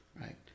Right